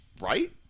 right